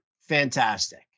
fantastic